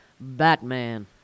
Batman